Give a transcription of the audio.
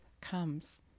comes